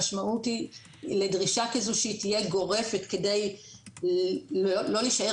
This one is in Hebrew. המשמעות לדרישה כזו שהיא תהיה גורפת כדי לא להישאר